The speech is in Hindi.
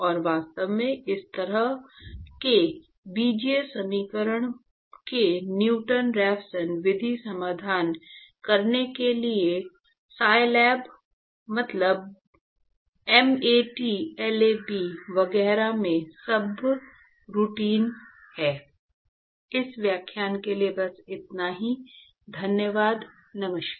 और वास्तव में इस तरह के बीजीय समीकरण के न्यूटन रैफसन विधि समाधान करने के लिए साइलैब MATLAB वगैरह में सबरूटीन हैं